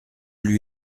lui